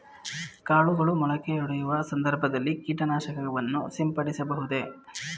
ಕಾಳುಗಳು ಮೊಳಕೆಯೊಡೆಯುವ ಸಂದರ್ಭದಲ್ಲಿ ಕೀಟನಾಶಕವನ್ನು ಸಿಂಪಡಿಸಬಹುದೇ?